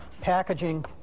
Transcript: packaging